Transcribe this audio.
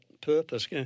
purpose